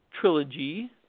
trilogy